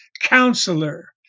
Counselor